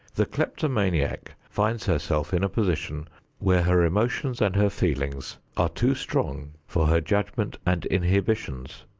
the kleptomaniac finds herself in a position where her emotions and her feelings are too strong for her judgment and inhibitions.